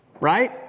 Right